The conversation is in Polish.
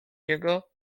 jego